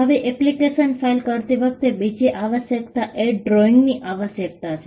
હવે application file કરતી વખતે બીજી આવશ્યકતા એ ડ્રોઇંગની આવશ્યકતા છે